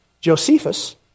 Josephus